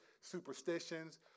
superstitions